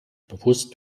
bewusst